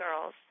girls